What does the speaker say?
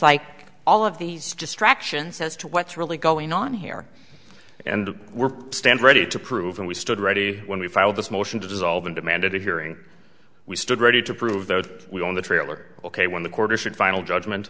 like all of these distractions as to what's really going on here and we're stand ready to prove and we stood ready when we filed this motion to dissolve and demanded a hearing we stood ready to prove that we own the trailer ok when the court issued final judgment